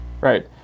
Right